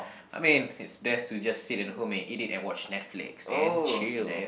I mean it's best to just sit at home and eat it and watch Netflix and chill